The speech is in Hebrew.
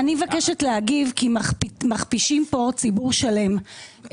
אני מבקשת להגיב כי מכפישים כאן ציבור שלם.